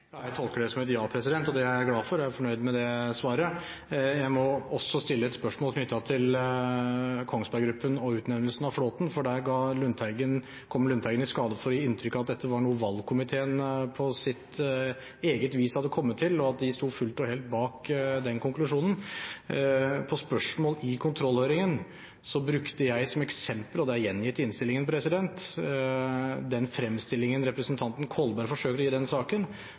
det er jeg glad for. Jeg er fornøyd med det svaret. Jeg må også stille et spørsmål knyttet til Kongsberg Gruppen og utnevnelsen av Flåthen, for der kom Lundteigen i skade for å gi inntrykk av at det var noe valgkomiteen på sitt eget vis hadde kommet til, og at de sto fullt og helt bak den konklusjonen. På spørsmål i kontrollhøringen brukte jeg som eksempel – og det er gjengitt i innstillingen – den fremstillingen representanten Kolberg forsøkte å gi i denne saken,